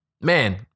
man